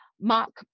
Mark